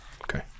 Okay